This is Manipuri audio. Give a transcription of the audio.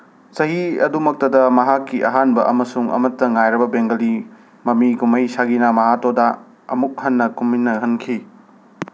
ꯆꯍꯤ ꯑꯗꯨꯃꯛꯇꯗ ꯃꯍꯥꯛꯀꯤ ꯑꯍꯥꯟꯕ ꯑꯃꯁꯨꯡ ꯑꯃꯠꯇ ꯉꯥꯏꯔꯕ ꯕꯦꯡꯒꯂꯤ ꯃꯃꯤ ꯀꯨꯝꯍꯩ ꯁꯥꯒꯤꯅ ꯃꯍꯥꯇꯣꯗꯥ ꯑꯃꯨꯛ ꯍꯟꯅ ꯀꯨꯝꯃꯤꯟꯅꯍꯟꯈꯤ